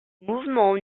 mouvement